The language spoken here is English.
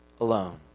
alone